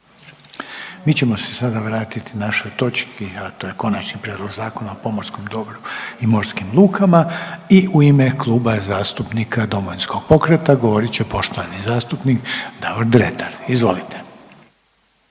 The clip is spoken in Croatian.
Mi ćemo se sada vratit našoj točki, a to je Konačni prijedlog Zakona o pomorskom dobru i morskim lukama i u ime Kluba zastupnika Domovinskog pokreta govorit će poštovani zastupnik Davor Dretar, izvolite.